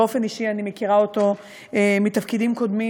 באופן אישי אני מכירה אותו מתפקידים קודמים,